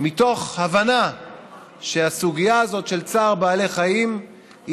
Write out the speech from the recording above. מתוך הבנה שהסוגיה של צער בעלי חיים היא